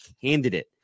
candidate